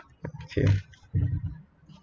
okay